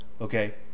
okay